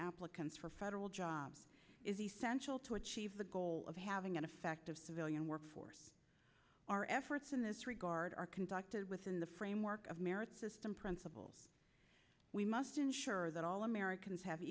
applicants for federal jobs is essential to achieve the goal of having an effect of civilian workforce our efforts in this regard are conducted within the framework of merit system principle we must ensure that all americans have